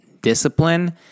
discipline